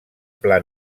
pla